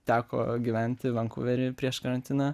teko gyventi vankuvery prieš karantiną